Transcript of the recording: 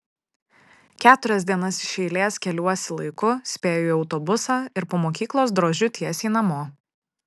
keturias dienas iš eilės keliuosi laiku spėju į autobusą ir po mokyklos drožiu tiesiai namo